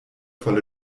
voll